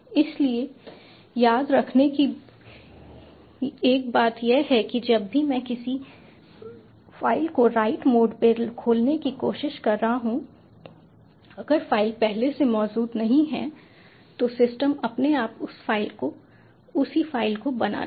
इसलिए याद रखने की एक बात यह है कि जब भी मैं किसी फाइल को राइट मोड में खोलने की कोशिश कर रहा हूं अगर फाइल पहले से मौजूद नहीं है तो सिस्टम अपने आप उस फाइल को उसी फाइल को बना देगा